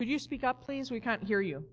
could you speak up please we can't hear you